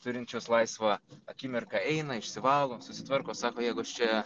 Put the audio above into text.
turinčios laisvą akimirką eina išsivalo susitvarko sako jeigu aš čia